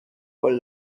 con